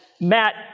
Matt